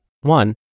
one